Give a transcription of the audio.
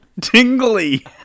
Tingly